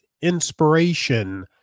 inspiration